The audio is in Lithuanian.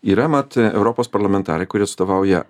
yra mat europos parlamentarai kurie atstovauja